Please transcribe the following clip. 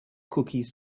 cookies